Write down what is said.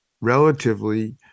relatively